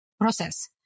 process